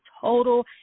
total